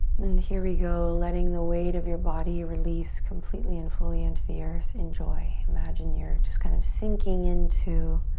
then, here we go, letting the weight of your body release completely and fully into the earth. enjoy. imagine you're just kind of sinking into